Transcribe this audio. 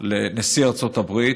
לנשיא ארצות הברית.